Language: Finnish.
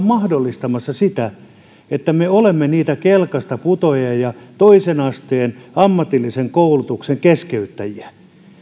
mahdollistamassa sitä että on kelkasta putoajia ja toisen asteen ammatillisen koulutuksen keskeyttäjiä